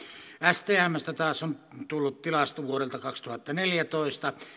stmstä taas on tullut tilasto vuodelta kaksituhattaneljätoista